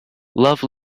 love